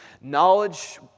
knowledge